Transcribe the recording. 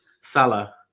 Salah